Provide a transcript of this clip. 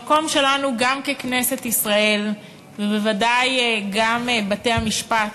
המקום שלנו, גם כנסת ישראל ובוודאי גם בתי-המשפט,